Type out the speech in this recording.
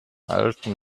alten